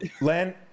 Len